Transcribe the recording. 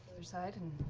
her side, and